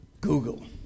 Google